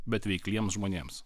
bet veikliems žmonėms